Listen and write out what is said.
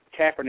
Kaepernick